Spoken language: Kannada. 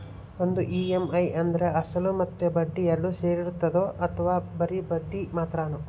ಒಂದು ಇ.ಎಮ್.ಐ ಅಂದ್ರೆ ಅಸಲು ಮತ್ತೆ ಬಡ್ಡಿ ಎರಡು ಸೇರಿರ್ತದೋ ಅಥವಾ ಬರಿ ಬಡ್ಡಿ ಮಾತ್ರನೋ?